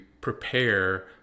prepare